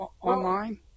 online